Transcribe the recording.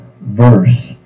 verse